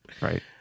right